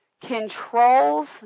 controls